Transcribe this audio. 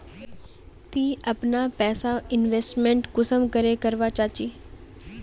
ती अपना पैसा इन्वेस्टमेंट कुंसम करे करवा चाँ चची?